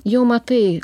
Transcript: jau matai